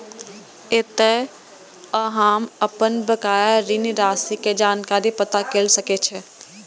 एतय अहां अपन बकाया ऋण राशि के जानकारी पता कैर सकै छी